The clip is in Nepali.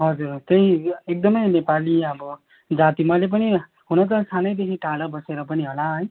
हजुर त्यही एकदमै नेपाली अब जाति मैले पनि हुन त सानैदेखि टाढा बसेर पनि होला है